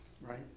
Right